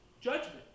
judgment